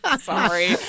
Sorry